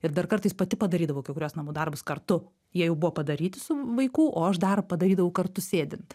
ir dar kartais pati padarydavau kai kuriuos namų darbus kartu jie jau buvo padaryti su vaiku o aš dar padarydavau kartu sėdint